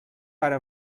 pare